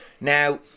now